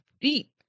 deep